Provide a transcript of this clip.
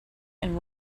and